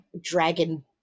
dragon